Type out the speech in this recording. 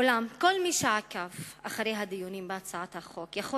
אולם כל מי שעקב אחרי הדיונים בהצעת החוק יכול